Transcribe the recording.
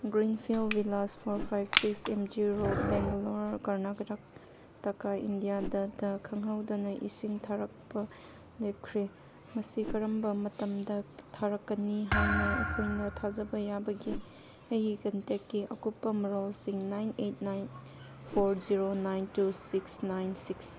greenfield Villas four five six M G road Bangalore Karnataka ꯏꯟꯗꯤꯌꯥꯗ ꯇ ꯈꯪꯍꯧꯗꯅ ꯏꯁꯤꯡ ꯊꯥꯔꯛꯄ ꯂꯦꯞꯈ꯭ꯔꯦ ꯃꯁꯤ ꯀꯔꯝꯕ ꯃꯇꯝꯗ ꯊꯥꯔꯛꯀꯅꯤ ꯍꯥꯏꯅ ꯑꯩꯈꯣꯏꯅ ꯊꯥꯖꯕ ꯌꯥꯕꯒꯦ ꯑꯩꯒꯤ ꯀꯟꯇꯦꯛꯀꯤ ꯑꯀꯨꯞꯄ ꯃꯔꯣꯜꯁꯤꯡ nine eight nine four zero nine two six nine six